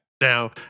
Now